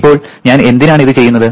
ഇപ്പോൾ ഞാൻ എന്തിനാണ് ഇത് ചെയ്യുന്നത്